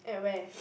at where